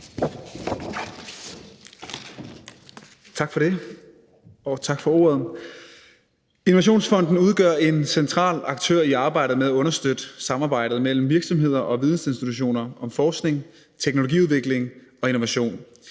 Tak for det, og tak for ordet. Innovationsfonden er en central aktør i arbejdet med at understøtte samarbejdet mellem virksomheder og vidensinstitutioner om forskning, teknologiudvikling og innovation,